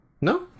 No